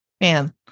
man